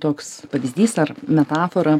toks pavyzdys ar metafora